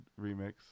remix